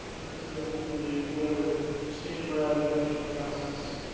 so ultimately whatever stage we're at in the budgeting process.